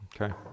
Okay